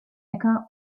äcker